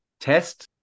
Test